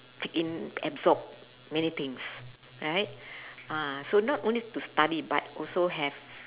take in absorb many things right ah so not only to study but also have